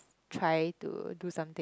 try to do something